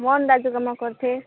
मोहन दाजुकोमा गर्थेँ